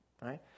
Right